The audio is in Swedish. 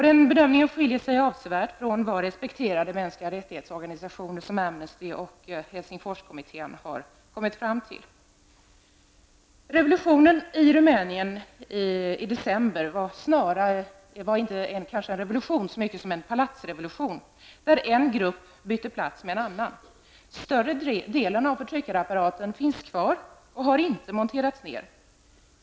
Den bedömningen skiljer sig avsevärt från vad respekterade mänskliga rättighetsorganisationer som Amnesty och Helsingforskommittén har kommit fram till. Revolutionen i Rumänien i december var kanske inte så mycket en revolution som en palatsrevolution, där en grupp bytte plats med en annan. Större delen av förtryckarapparaten finns kvar och har inte monterats ned.